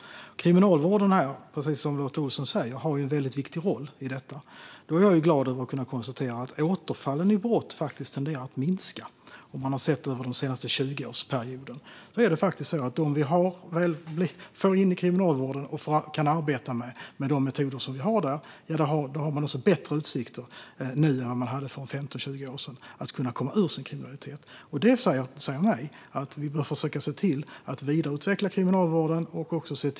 Kriminalvården har, precis som Lotta Olsson säger, en väldigt viktig roll i detta. Jag är glad över att kunna konstatera att återfallen i brott tenderar att minska. Man har under den senaste tjugoårsperioden sett att de vi får in i kriminalvården, där vi kan arbeta med de metoder som vi har, har bättre utsikter nu än vad de hade för 15-20 år sedan att kunna komma ur sin kriminalitet. Det säger mig att vi behöver försöka se till att vidareutveckla Kriminalvården.